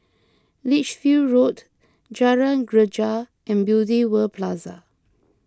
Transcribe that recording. Lichfield Road Jalan Greja and Beauty World Plaza